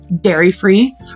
dairy-free